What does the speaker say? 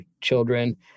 children